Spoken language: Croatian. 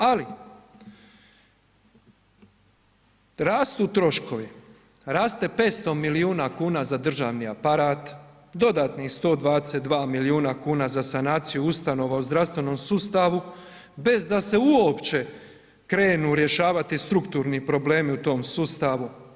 Ali rastu troškovi, raste 500 milijuna kuna za državni aparat, dodatni 122 milijuna kuna za sanaciju ustanova u zdravstvenom sustavu bez da se uopće krenu rješavati strukturni problemi u tom sustavu.